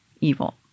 evil